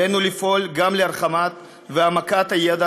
עלינו לפעול גם להרחבה והעמקה של הידע